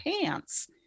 pants